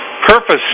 purpose